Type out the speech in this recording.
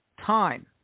time